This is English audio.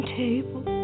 table